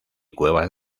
cuevas